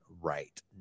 right